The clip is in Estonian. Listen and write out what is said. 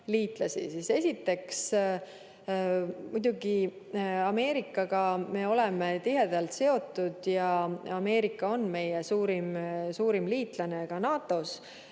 siis muidugi me Ameerikaga oleme tihedalt seotud. Ameerika on meie suurim liitlane ka NATO-s.